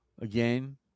Again